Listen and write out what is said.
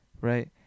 right